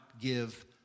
give